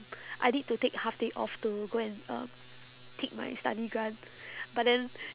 I need to take half day off to go and um take my study grant but then